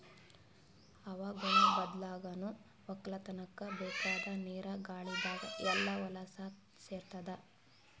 ಹವಾಗುಣ ಬದ್ಲಾಗನಾ ವಕ್ಕಲತನ್ಕ ಬೇಕಾದ್ ನೀರ ಗಾಳಿದಾಗ್ ಎಲ್ಲಾ ಹೊಲಸ್ ಸೇರತಾದ